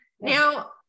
now